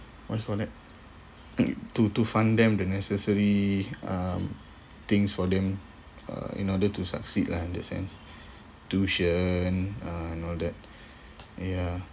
what you call that to to fund them the necessary um things for them uh in order to succeed lah in that sense tuition uh and all that ya